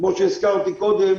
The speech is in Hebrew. כפי שהזכרתי קודם,